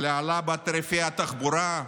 להעלאה בתעריפי התחבורה,